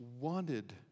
wanted